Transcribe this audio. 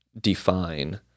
define